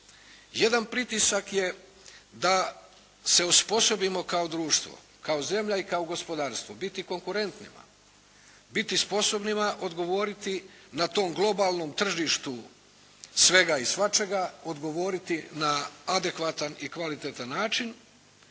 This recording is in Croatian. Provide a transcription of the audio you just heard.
Jedan pritisak je da se osposobimo kao društvo, kao zemlja i kao gospodarstvo, biti konkurentnima, biti sposobnima odgovoriti na tom globalnom tržištu svega i svačega, odgovoriti na adekvatan i kvalitetan način,